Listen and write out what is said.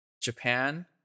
Japan